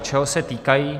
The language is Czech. Čeho se týkají?